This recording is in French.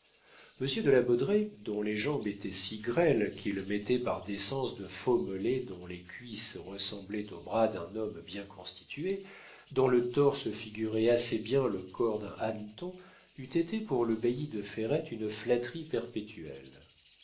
monsieur de la baudraye dont les jambes étaient si grêles qu'il mettait par décence de faux mollets dont les cuisses ressemblaient au bras d'un homme bien constitué dont le torse figurait assez bien le corps d'un hanneton eût été pour le bailli de ferrette une flatterie perpétuelle